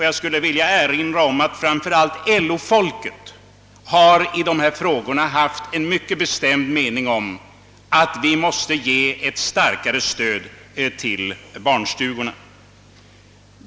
Jag vill erinra om att framför allt LO-folket i dessa frågor haft en mycket bestämd mening om att vi måste ge starkare stöd till barnstugorna.